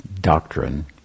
doctrine